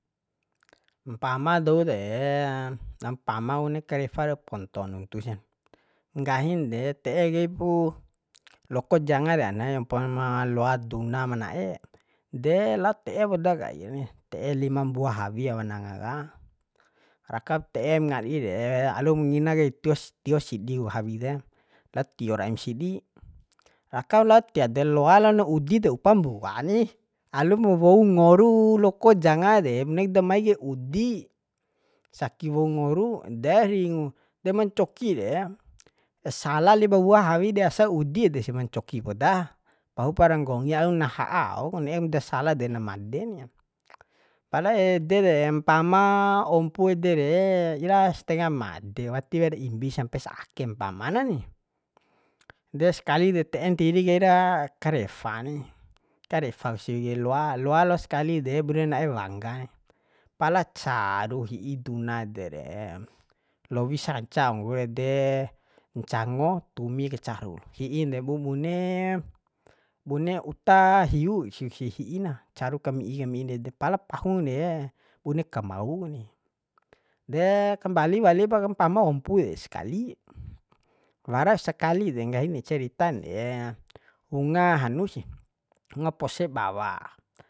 Mpama dou de na mpama kone karefa ra ponton nuntu sa nggahin de te'e kai pu loko janga re anae ompo ma loa duna ma na'e de lao te'e poda kair ni te'e lima mbua hawie awa nanga ka rakap te'e aim ngadi re alum ngina kai tios tio sidi ku hawi de lao tiora aim sidi rakam lao tio de loa lon udi de upambua ni alumu wou ngoru loko janga de bunek da mai kai udi saking wou ngoru de ringu de mancoki re sala lipa wua hawi dei asa udi ede sih ma ncoki poda pahupara nggonggi au na ha'a ao ku ne'em da sala de na made ni pala ede de mpama ompu ede re iraes stenga made wati wear imbi sampes ake mpama na ni deskali de te'en ntiri kaira karefa ni karefa ku si loa loa los skali de bune na'e wangga ni pala caru hi'i duna de re lowi sanca nggo ede ncango tumi ka caru lo hi'in de bubune bune uta hiu kesi hi'i na caru kami'i mi'i ndede pala pahun de bune kamau kuni de kambali walipa mpama ompu de skali warak skali de nggahin ni ceritan de umga hanu sih nga pose bawa